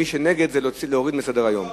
מי שנגד, להוריד מסדר-היום.